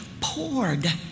poured